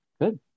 Good